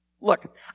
Look